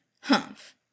Humph